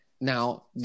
Now